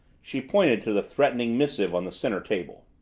she pointed to the threatening missive on the center table.